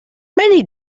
many